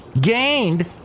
gained